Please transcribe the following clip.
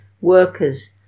workers